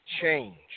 change